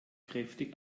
kräftig